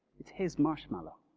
it's his marshmallow!